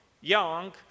young